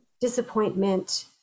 disappointment